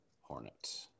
hornet